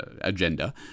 agenda